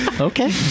Okay